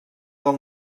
del